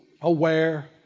aware